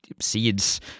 seeds